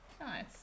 Nice